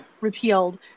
repealed